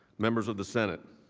members of the senate.